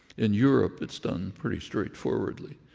in europe, it's done pretty straightforwardly.